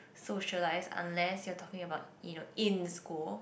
socialise unless you're talking about you know in school